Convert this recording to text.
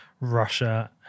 Russia